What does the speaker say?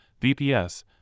VPS